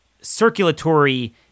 circulatory